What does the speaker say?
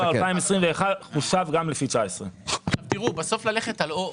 ינואר-פברואר 2021 חושב גם לפי 2019. בסוף ללכת על או או.